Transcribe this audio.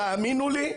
תאמינו לי,